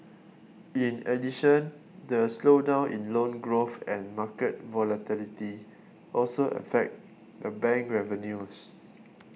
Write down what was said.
in addition the slowdown in loan growth and market volatility also affect the bank revenues